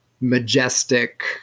majestic